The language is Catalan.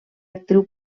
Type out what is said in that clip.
actriu